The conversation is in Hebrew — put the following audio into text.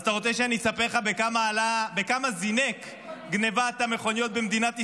אז אתה רוצה שאני אספר לך בכמה זינקה גנבת המכוניות במדינת ישראל?